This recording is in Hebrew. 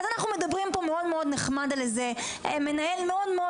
אז אנחנו מדברים פה מאוד נחמד על מנהל מאוד מאוד